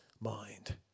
mind